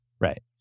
Right